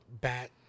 bat